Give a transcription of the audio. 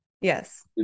Yes